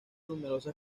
numerosas